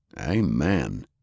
Amen